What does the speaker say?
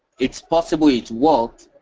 it's possible it works,